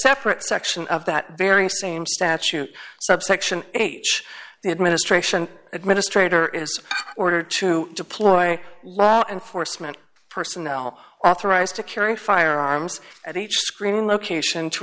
separate section of that very same statute subsection age the administration administrator is ordered to deploy law enforcement personnel authorized to carry firearms at each screening location to